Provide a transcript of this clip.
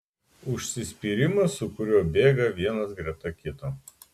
užsispyrimas su kuriuo bėga vienas greta kito